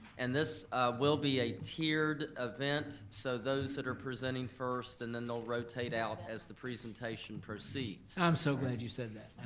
and this will be a tiered event so those that are presenting first and then they'll rotate out as the presentation proceeds. i'm so glad you said that